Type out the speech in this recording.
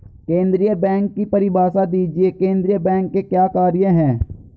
केंद्रीय बैंक की परिभाषा दीजिए केंद्रीय बैंक के क्या कार्य हैं?